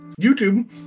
YouTube